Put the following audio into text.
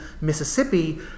Mississippi